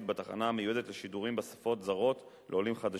בתחנה המיועדת לשידורים בשפות זרות לעולים חדשים,